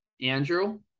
Andrew